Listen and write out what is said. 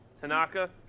Tanaka